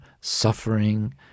suffering